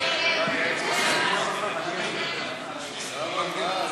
ההצעה להעביר את הנושא לוועדת הכנסת